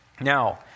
Now